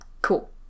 Cool